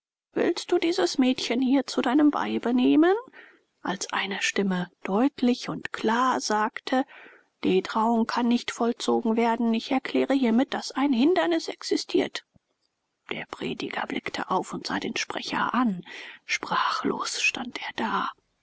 willst du dieses mädchen hier zu deinem weibe nehmen als eine stimme deutlich und klar sagte die trauung kann nicht vollzogen werden ich erkläre hiermit daß ein hindernis existiert der prediger blickte auf und sah den sprecher an sprachlos stand er da